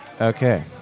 okay